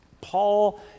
Paul